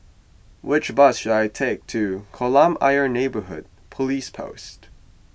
which bus should I take to Kolam Ayer Neighbourhood Police Post